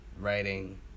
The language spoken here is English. writing